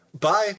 bye